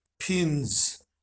pins